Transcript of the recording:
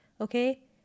Okay